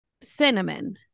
Cinnamon